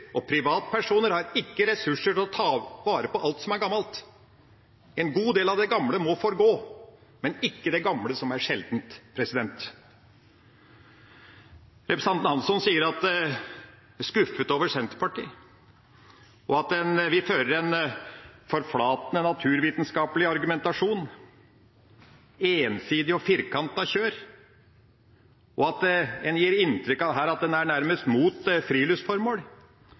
og privatpersoner har ikke ressurser til å ta vare på alt som er gammelt. En god del av det gamle må forgå, men ikke det gamle som er sjeldent. Representanten Hansson sier at han er skuffet over Senterpartiet, og at vi fører en forflatende naturvitenskapelig argumentasjon, et ensidig og firkantet kjør, og at en gir inntrykk av at en nærmest er imot friluftsformål.